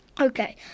Okay